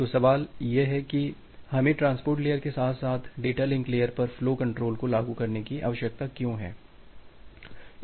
तो सवाल यह है कि हमें ट्रांसपोर्ट लेयर के साथ साथ डेटा लिंक लेयर पर फ्लो कंट्रोल को लागू करने की आवश्यकता क्यों है